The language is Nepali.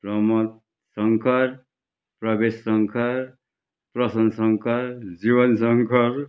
प्रमोद शङ्कर प्रवेश शङ्कर प्रसान्त शङ्कर जुवेल शङ्कर